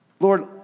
Lord